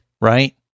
right